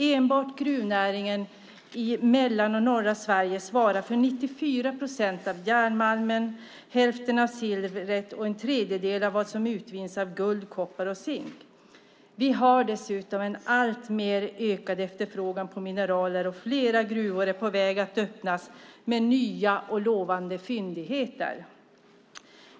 Enbart gruvnäringen i mellersta och norra Sverige svarar för 94 procent av järnmalmen, hälften av silver och en tredjedel av vad som utvinns av guld, koppar och zink. Vi har dessutom en ökande efterfrågan på mineraler, och flera gruvor är på väg att öppnas med nya och lovande fyndigheter.